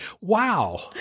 wow